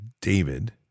David